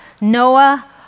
Noah